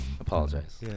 Apologize